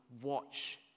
watch